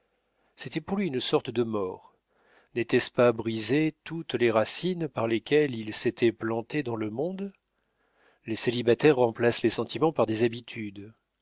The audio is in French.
c'était pour lui une sorte de mort n'était-ce pas briser toutes les racines par lesquelles il s'était planté dans le monde les célibataires remplacent les sentiments par des habitudes